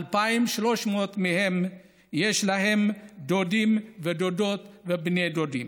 2,300 מהם יש להם דודים ודודות ובני דודים.